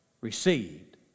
received